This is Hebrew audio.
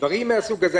דברים מן הסוג הזה.